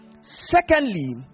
secondly